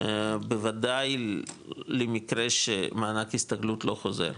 בוודאי למקרה שמענק הסתגלות לא חוזר,